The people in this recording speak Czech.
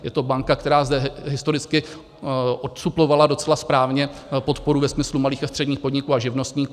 Je to banka, která zde historicky odsuplovala docela správně podporu ve smyslu malých a středních podniků a živnostníků.